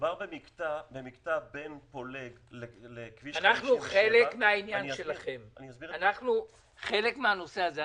מדובר במקטע בין פולג לכביש 57. אנחנו חלק מן הנושא הזה.